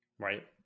Right